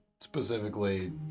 Specifically